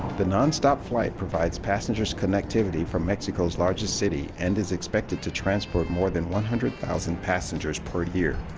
the non-stop flight provides passengers connectivity from mexico's largest city and is expected to transport more than one hundred thousand passengers per year.